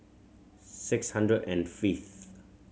six hundred and fifth